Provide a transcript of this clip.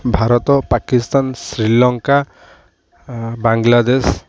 Bharat Pakistan Sri Lanka Bangladesh